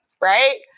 right